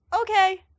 Okay